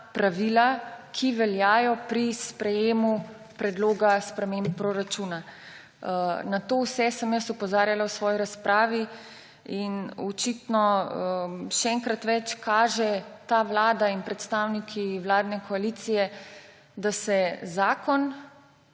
pravila, ki veljajo pri sprejetju predloga sprememb proračuna. Na to vse sem jaz opozarjala v svoji razpravi in očitno še enkrat več kaže ta vlada in predstavniki vladne koalicije, da se zakon